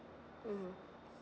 mmhmm